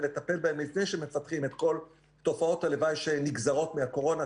ולטפל בהם לפני שמפתחים את כל תופעות הלוואי שנגזרות מהקורונה,